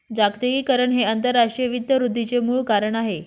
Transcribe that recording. जागतिकीकरण हे आंतरराष्ट्रीय वित्त वृद्धीचे मूळ कारण आहे